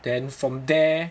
then from there